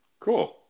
Cool